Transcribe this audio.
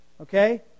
Okay